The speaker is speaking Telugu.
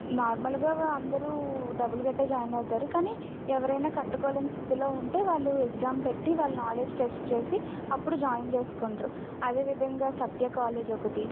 నార్మల్గా అందరూ డబ్బులు కట్టే జాయిన్ అవుతారు కానీ ఎవరైనా కట్టుకోలేని స్థితిలో ఉంటే వాళ్ళు ఎగ్జామ్ పెట్టి వాళ్ళ నాలెడ్జ్ టెస్ట్ చేసి అప్పుడు జాయిన్ చేసుకుంటారు అదేవిధంగా సత్య కాలేజ్ ఒకటి